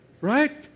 right